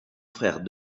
frère